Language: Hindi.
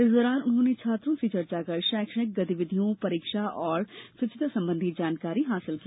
इस दौरान उन्होंने छात्रों से चर्चा कर शैक्षणिक गतिविधियों परीक्षा एवं स्वच्छता संबंधी जानकारी एकत्र की